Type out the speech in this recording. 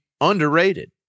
underrated